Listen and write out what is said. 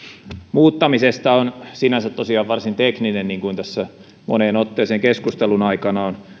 muuttamisesta on sinänsä tosiaan varsin tekninen niin kuin tässä moneen otteeseen keskustelun aikana on